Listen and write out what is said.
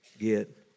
get